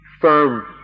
firm